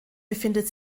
befindet